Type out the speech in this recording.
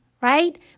right